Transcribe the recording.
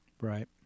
Right